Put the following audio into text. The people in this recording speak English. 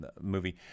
movie